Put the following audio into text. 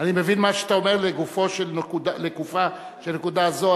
אני מבין מה שאתה אומר לגופה של נקודה זו,